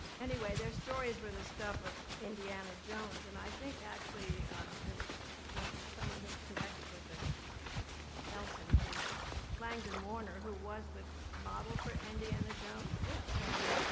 anyway, their stories were the stuff of indiana jones and i think actually there was someone who connected with ah nelson who, langdon warner, who was the model for indiana jones. yeah, so i mean